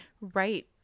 Right